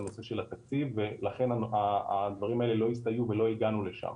הנושא של התקציב לכן הדברים האלה לא הסתייעו ולא הגענו לשם.